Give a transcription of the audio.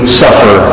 suffer